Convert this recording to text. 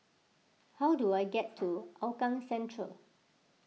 how do I get to Hougang Central